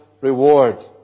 reward